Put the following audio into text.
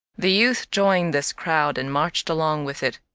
the youth joined this crowd and marched along with it.